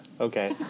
Okay